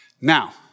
Now